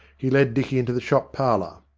he led dicky into the shop parlour.